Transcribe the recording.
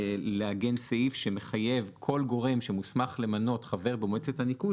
לעגן סעיף שמחייב כל גורם שמוסמך למנות חבר במועצת הניקוז,